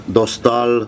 dostal